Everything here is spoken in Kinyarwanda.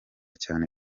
cyane